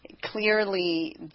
clearly